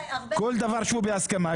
כל דבר שהוא בהסכמה,